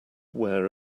where